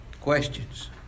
Questions